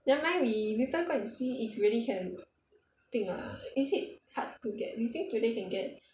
nehmind we later go and see if really can 订 or not is it hard to get you think today can get